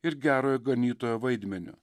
ir gerojo ganytojo vaidmeniu